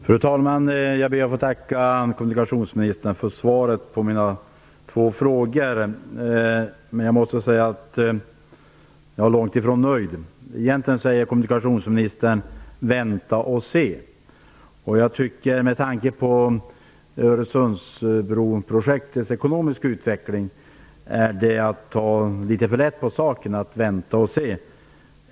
Fru talman! Jag ber att få tacka kommunikationsministern för svaret på mina två frågor. Men jag måste säga att jag är långtifrån nöjd. Egentligen säger kommunikationsministern "vänta och se". Jag tycker, med tanke på Öresundsbroprojektets ekonomiska utveckling, att det är att ta litet för lätt på saken att vänta och se.